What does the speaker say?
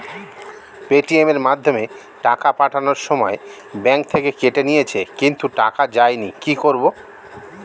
Paytm এর মাধ্যমে টাকা পাঠানোর সময় ব্যাংক থেকে কেটে নিয়েছে কিন্তু টাকা যায়নি কি করব?